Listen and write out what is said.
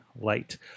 light